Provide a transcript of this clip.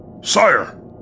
Sire